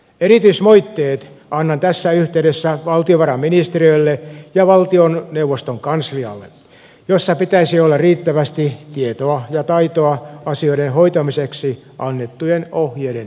erityismoitteet annan tässä yhteydessä valtiovarainministeriölle ja valtioneuvoston kanslialle joissa pitäisi olla riittävästi tietoa ja taitoa hoitaa asiat annettujen ohjeiden mukaisesti